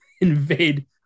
invade